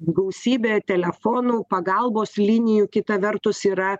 gausybė telefonų pagalbos linijų kita vertus yra